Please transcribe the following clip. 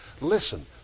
Listen